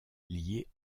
liées